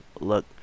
look